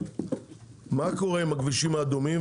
מה קורה עם הכבישים האדומים,